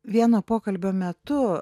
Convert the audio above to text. vieno pokalbio metu